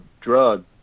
drug